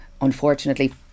unfortunately